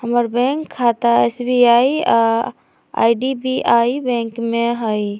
हमर बैंक खता एस.बी.आई आऽ आई.डी.बी.आई बैंक में हइ